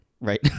Right